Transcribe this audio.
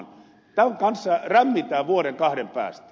tämän kanssa rämmitään vuoden kahden päästä